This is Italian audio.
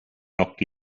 occhi